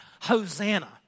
Hosanna